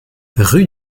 rue